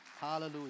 Hallelujah